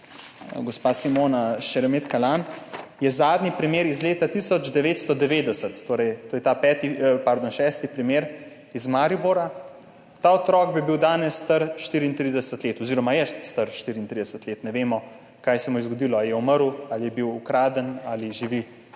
gospa Simona Šeremet Kalanj, je iz leta 1990, torej ta šesti primer je iz Maribora. Ta otrok bi bil danes star 34 let oziroma je star 34 let, ne vemo, kaj se mu je zgodilo, ali je umrl, ali je bil ukraden, ali živi